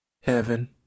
Heaven